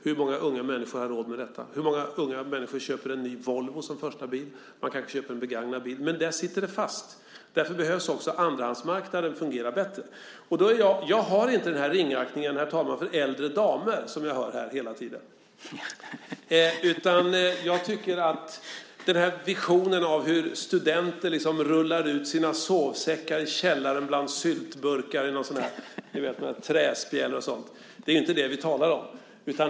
Hur många unga människor har råd med detta? Hur många unga människor köper en ny Volvo som första bil? De kanske köper en begagnad bil. Men där sitter det fast. Därför behövs också att andrahandsmarknaden fungerar bättre. Herr talman! Jag har inte den ringaktning för äldre damer som jag hör här hela tiden. Visionen av hur studenter rullar ut sina sovsäckar i källaren bland syltburkar omgivna av träspjälor och sådant är inte vad vi talar om.